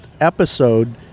episode